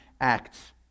Acts